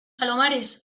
palomares